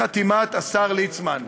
בחתימת השר ליצמן.